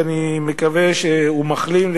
ואני מקווה שהוא מחלים,